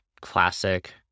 classic